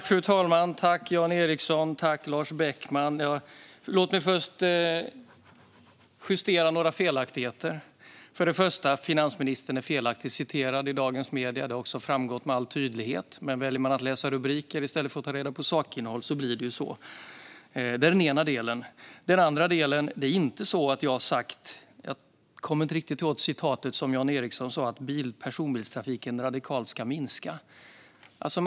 Fru talman! Jag tackar Jan Ericson och Lars Beckman. Låt mig först justera några felaktigheter. För det första är finansministern felaktigt citerad i dagens medier. Det har framgått med all tydlighet. Men väljer man att läsa rubriker i stället för att ta reda på sakinnehåll blir det så. För det andra har jag inte sagt att personbilstrafiken ska minska radikalt. Jag kommer inte exakt ihåg vad Jan Ericson sa.